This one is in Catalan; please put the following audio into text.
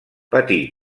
patí